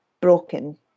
broken